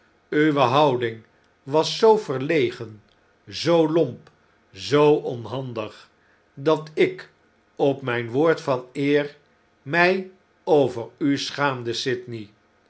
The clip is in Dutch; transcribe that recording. owe houding was zoo verlegen zoo lomp zoo onhandig dat ik op mijn woord van eer mij over u schaamde sydney